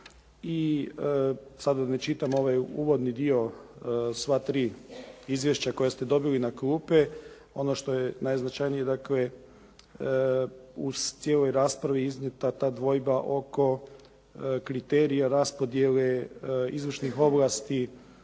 I sada da ne čitam ovaj uvodni dio sva tri izvješća koja ste dobili na klupe, ono što je najznačanije dakle, u cijeloj raspravi iznijeta ta dvojba oko kriterija raspodijele izvršnih ovlasti